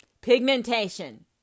Pigmentation